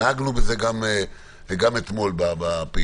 נהגנו את זה גם אתמול בפעילות